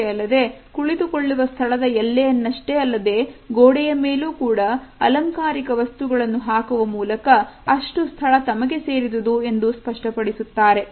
ಇಷ್ಟೇ ಅಲ್ಲದೆ ಕುಳಿತುಕೊಳ್ಳುವ ಸ್ಥಳದ ಎಲೆಯನ್ನಷ್ಟೆ ಅಲ್ಲದೆ ಗೋಡೆಯ ಮೇಲೂ ಕೂಡ ಅಲಂಕಾರಿಕ ವಸ್ತುಗಳನ್ನು ಹಾಕುವ ಮೂಲಕ ಅಷ್ಟು ಸ್ಥಳ ತಮಗೆ ಸೇರಿದುದು ಎಂದು ಸ್ಪಷ್ಟಪಡಿಸುತ್ತಾರೆ